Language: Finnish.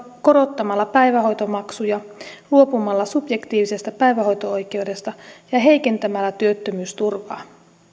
korottamalla päivähoitomaksuja luopumalla subjektiivisesta päivähoito oikeudesta ja heikentämällä työttömyysturvaa